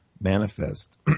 manifest